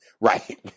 right